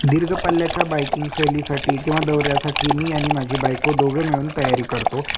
दीर्घपल्ल्याच्या biking सहलीसाठी किंवा दौऱ्यासाठी मी आणि माझी बायको दोघं मिळून तयारी करतो